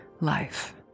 life